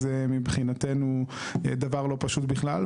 זה מבחינתנו דבר לא פשוט בכלל,